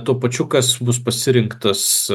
tuo pačiu kas bus pasirinktas